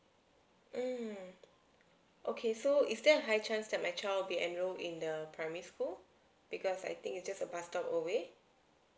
mm okay so is there a high chance that my child will be enrolled in the primary school because I think it's just a bus stop away